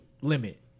limit